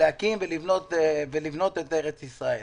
להקים ולבנות את ארץ ישראל